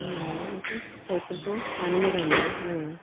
मा होनोमोनलाय बेखौ फिथायफोरखौ जानो मोजां मोनो आङो